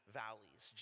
valleys